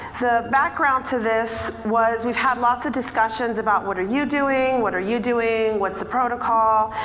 the background to this was, we've had lots of discussions about what are you doing, what are you doing, what's the protocol?